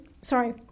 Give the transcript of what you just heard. sorry